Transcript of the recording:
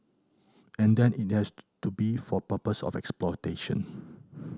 and then it has to be for the purpose of exploitation